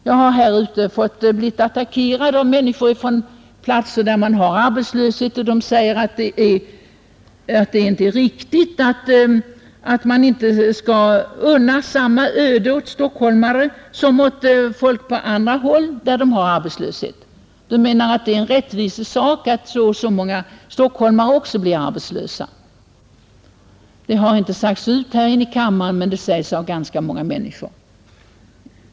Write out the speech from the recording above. Jag har blivit attackerad av människor på orter där arbetslöshet råder, och de säger att det inte är riktigt att inte stockholmare skall få gå samma öde till mötes som andra, De menar att det är en rättvisesak att så och så många stockholmare också blir arbetslösa. Detta har inte sagts här i kammaren men av många människor ute i landet.